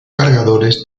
cargadores